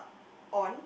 on